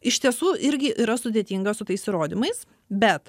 iš tiesų irgi yra sudėtinga su tais įrodymais bet